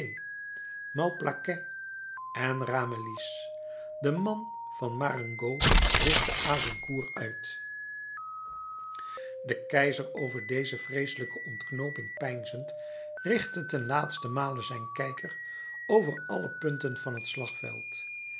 en ramillies de man van marengo wischte azincourt uit de keizer over deze vreeselijke ontknooping peinzend richtte ten laatsten male zijn kijker over alle punten van het slagveld